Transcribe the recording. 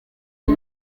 ibi